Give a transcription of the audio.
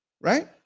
right